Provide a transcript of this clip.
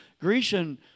Grecian